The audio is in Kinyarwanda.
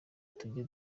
tujye